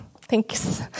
thanks